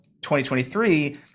2023